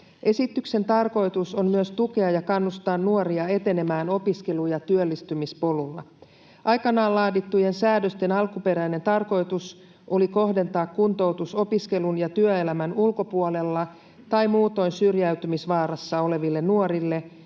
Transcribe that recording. Esityksen tarkoitus on myös tukea ja kannustaa nuoria etenemään opiskelu- ja työllistymispolulla. Aikanaan laadittujen säädösten alkuperäinen tarkoitus oli kohdentaa kuntoutus opiskelun ja työelämän ulkopuolella tai muutoin syrjäytymisvaarassa oleville nuorille